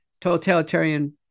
totalitarian